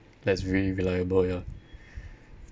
that's really reliable ya